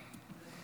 בראש,